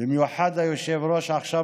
במיוחד עכשיו,